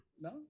No